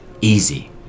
Easy